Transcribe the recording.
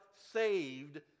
saved